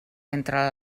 entre